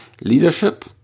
Leadership